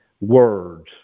Words